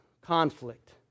conflict